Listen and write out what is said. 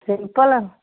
simple